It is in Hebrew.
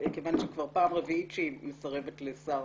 כיוון שכבר פעם רביעית היא מסרבת לשר